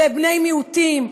בני מיעוטים,